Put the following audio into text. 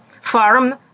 farm